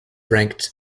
ranked